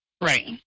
Right